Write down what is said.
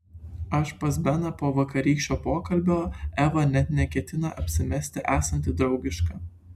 aš pas beną po vakarykščio pokalbio eva net neketina apsimesti esanti draugiška